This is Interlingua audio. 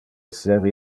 esser